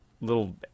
little